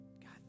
God